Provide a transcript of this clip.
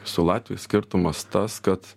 su latviais skirtumas tas kad